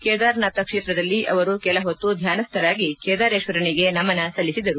ಕೇದಾರನಾಥ ಕ್ಷೇತ್ರದಲ್ಲಿ ಅವರು ಕೆಲಹೊತ್ತು ಧ್ಯಾಸ್ಥರಾಗಿ ಕೇದಾರೇಶ್ವರನಿಗೆ ನಮನ ಸಲ್ಲಿಸಿದರು